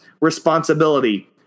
responsibility